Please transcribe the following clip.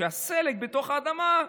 כדי שהסלק, בתוך האדמה,